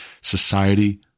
society